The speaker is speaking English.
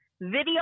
video